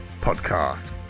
podcast